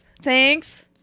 Thanks